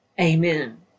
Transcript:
Amen